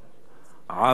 עב כרס